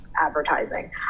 advertising